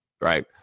Right